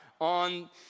on